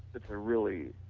it's a really